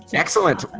excellent.